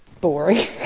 boring